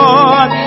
Lord